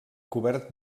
cobert